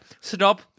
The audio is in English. Stop